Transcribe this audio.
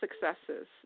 successes